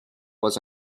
was